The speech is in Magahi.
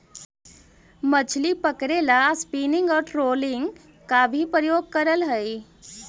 मछली पकड़े ला स्पिनिंग और ट्रोलिंग का भी प्रयोग करल हई